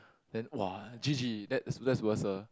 then !wah! G_G that's that's worse ah